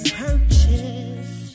purchase